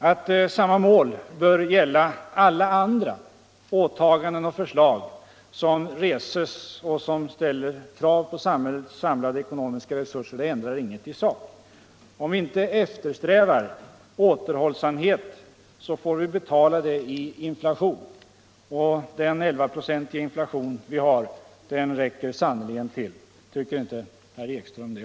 Att samma mål bör gälla alla andra åtaganden och förslag som reses och som ställer krav på samhällets samlade ekonomiska resurser ändrar ingenting i sak. Om vi inte eftersträvar återhållsamhet får vi betala det i inflation, och den 11-procentiga inflation vi har räcker sannerligen till. Tycker inte också herr Ekström det?